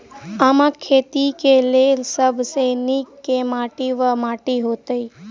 आमक खेती केँ लेल सब सऽ नीक केँ माटि वा माटि हेतै?